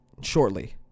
shortly